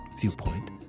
Viewpoint